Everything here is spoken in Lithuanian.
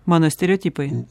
mano stereotipai